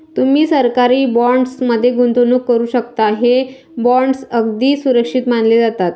तुम्ही सरकारी बॉण्ड्स मध्ये गुंतवणूक करू शकता, हे बॉण्ड्स अगदी सुरक्षित मानले जातात